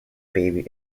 baby